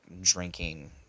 drinking